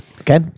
Okay